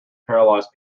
paralyzed